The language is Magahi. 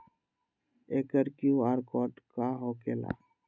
एकर कियु.आर कोड का होकेला?